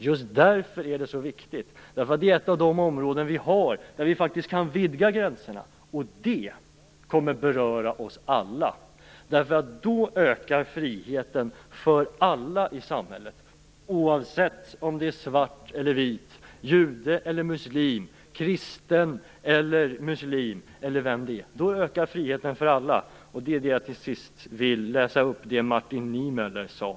Just därför är detta så viktigt. Det är ett av de områden där vi faktiskt kan vidga gränserna, och det kommer att beröra oss alla. Då ökar friheten för alla i samhället oavsett om man är svart eller vit, jude eller muslim, kristen eller muslim, eller vad som helst. Då ökar friheten för alla. Till sist vill jag läsa upp det Martin Niemöller sade.